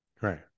right